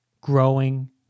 growing